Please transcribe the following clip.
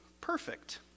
perfect